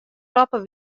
roppen